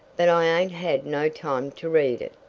but i ain't had no time to read it.